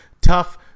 tough